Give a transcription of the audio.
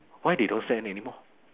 why they don't send anymore